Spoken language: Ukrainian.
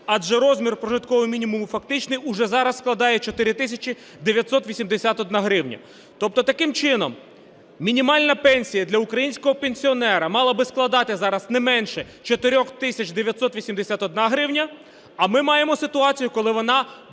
адже розмір прожиткового мінімуму фактичний уже зараз складає 4 тисячі 981 гривня. Тобто таким чином мінімальна пенсія для українського пенсіонера мала би складати зараз не менше 4 тисяч 981 гривня, а ми маємо ситуацію, коли вона